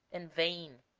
in vain